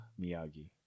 Miyagi